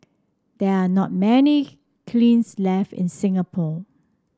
there are not many kilns left in Singapore